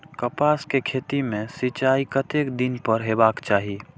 कपास के खेती में सिंचाई कतेक दिन पर हेबाक चाही?